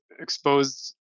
exposed